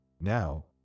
Now